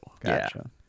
Gotcha